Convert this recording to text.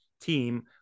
team